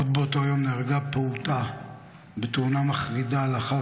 עוד באותו יום נהרגה פעוטה בתאונה מחרידה לאחר